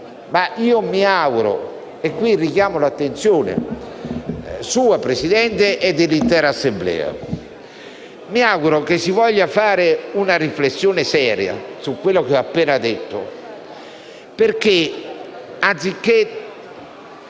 Mi auguro - e qui richiamo la sua attenzione, signor Presidente, e dell' intera Assemblea - che si voglia fare una riflessione seria su quello che ho appena detto, perché anziché